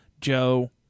Joe